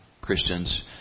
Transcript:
Christians